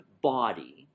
body